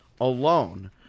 alone